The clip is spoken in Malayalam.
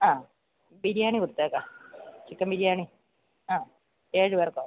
ആ ബിരിയാണി കൊടുത്തയക്കാം ചിക്കന് ബിരിയാണി ആ ഏഴ് പേര്ക്കോ